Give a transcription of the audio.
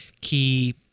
key